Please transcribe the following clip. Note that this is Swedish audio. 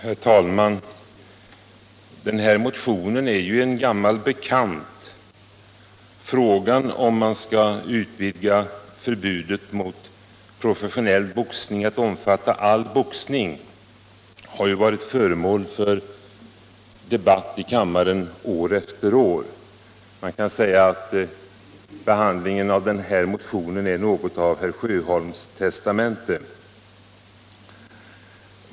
Herr talman! Den här motionen är ju en gammal bekant. Frågan om man skall utvidga förbudet mot professionell boxning har varit föremål för debatt i riksdagen år efter år. Man kan säga att behandlingen av den här motionen är något av herr Sjöholms testamente.